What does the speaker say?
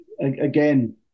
again